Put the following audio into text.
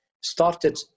started